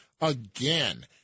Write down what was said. again